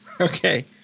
Okay